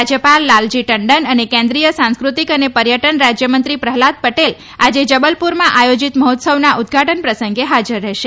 રાજ્યપાલ લાલજી ટંડન અને કેન્દ્રીય સાંસ્કૃતિક અને પર્યટન રાજ્યમંત્રી પ્રહલાદ પટેલ આજે જબલપુરમાં આથોજિત મહોત્સવના ઉદઘાટન પ્રસંગે હાજર રહેશે